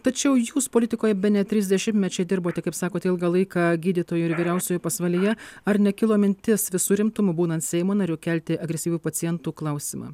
tačiau jūs politikoje bene trys dešimtmečiai dirbote kaip sakote ilgą laiką gydytoju ir vyriausiuoju pasvalyje ar nekilo mintis visu rimtumu būnant seimo nariu kelti agresyvių pacientų klausimą